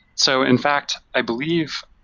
so in fact, i believe,